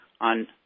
on